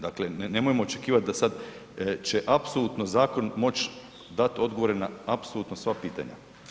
Dakle, nemojmo očekivat da sad će apsolutno zakon moć dati odgovore na apsolutno sva pitanja.